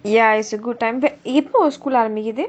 ya is a good time but எப்போ உன்:eppo un school ஆரம்பிக்குது:aarambikkuthu